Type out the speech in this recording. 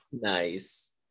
Nice